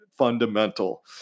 fundamental